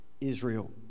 Israel